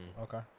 Okay